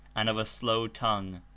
and of a slow tongue.